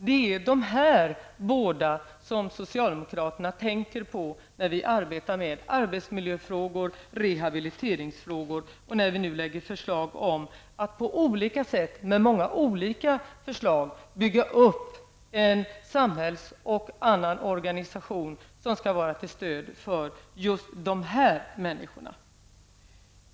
Det är sådana människor socialdemokraterna tänker på när vi arbetar med arbetsmiljöfrågor, rehabiliteringsfrågor och när vi lägger fram olika förslag om att på olika sätt bygga upp en samhällsorganisation och andra organisationer som skall vara till stöd för just dessa människor.